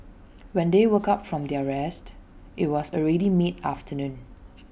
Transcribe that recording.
when they woke up from their rest IT was already mid afternoon